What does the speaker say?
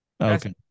Okay